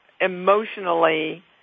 emotionally